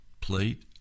plate